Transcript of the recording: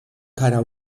kara